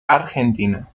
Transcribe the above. argentina